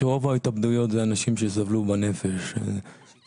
אפשר להגיד שרוב ההתאבדויות זה אנשים שסבלו בנפש בעיקר.